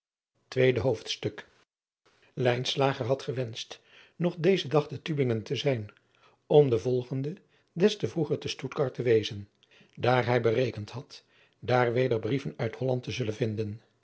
weede hoofdstuk had gewenscht nog dezen dag te ubingen te zijn om den volgenden des te vroeger te tuttgard te wezen daar hij berekend had daar weder brieven uit olland te zullen vinden